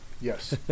Yes